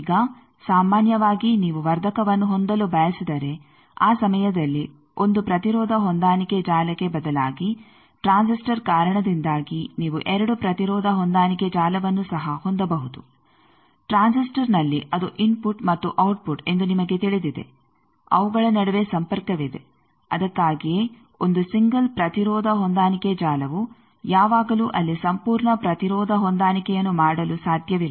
ಈಗ ಸಾಮಾನ್ಯವಾಗಿ ನೀವು ವರ್ಧಕವನ್ನು ಹೊಂದಲು ಬಯಸಿದರೆ ಆ ಸಮಯದಲ್ಲಿ 1 ಪ್ರತಿರೋಧ ಹೊಂದಾಣಿಕೆ ಜಾಲಕ್ಕೆ ಬದಲಾಗಿ ಟ್ರಾನ್ಸಿಸ್ಟರ್ ಕಾರಣದಿಂದಾಗಿ ನೀವು 2 ಪ್ರತಿರೋಧ ಹೊಂದಾಣಿಕೆ ಜಾಲವನ್ನು ಸಹ ಹೊಂದಬಹುದು ಟ್ರಾನ್ಸಿಸ್ಟರ್ನಲ್ಲಿ ಅದು ಇನ್ಫುಟ್ ಮತ್ತು ಔಟ್ಪುಟ್ ಎಂದು ನಿಮಗೆ ತಿಳಿದಿದೆ ಅವುಗಳ ನಡುವೆ ಸಂಪರ್ಕವಿದೆ ಅದಕ್ಕಾಗಿಯೇ 1 ಸಿಂಗಲ್ ಪ್ರತಿರೋಧ ಹೊಂದಾಣಿಕೆ ಜಾಲವು ಯಾವಾಗಲೂ ಅಲ್ಲಿ ಸಂಪೂರ್ಣ ಪ್ರತಿರೋಧ ಹೊಂದಾಣಿಕೆಯನ್ನು ಮಾಡಲು ಸಾಧ್ಯವಿಲ್ಲ